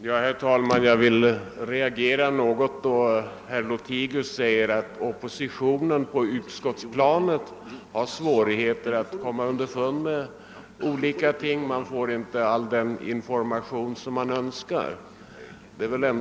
Herr talman! Jag reagerar då herr Lothigius säger att oppositionen har svårigheter på utskottsplanet med att komma underfund med olika ting och att den inte får all information som den önskar.